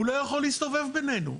הוא לא יכול להסתובב בינינו,